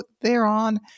thereon